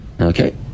okay